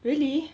really